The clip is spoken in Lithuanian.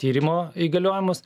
tyrimo įgaliojimus